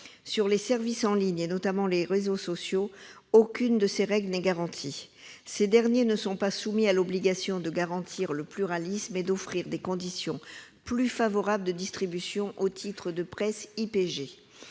les services en ligne, notamment les réseaux sociaux, aucune de ces règles n'est garantie. Ces derniers ne sont pas soumis à l'obligation d'assurer le pluralisme et d'offrir des conditions plus favorables de distribution aux titres de presse IPG.